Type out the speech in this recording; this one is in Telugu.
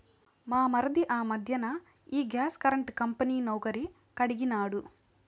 మా మరిది ఆ మధ్దెన ఈ గ్యాస్ కరెంటు కంపెనీ నౌకరీ కడిగినాడు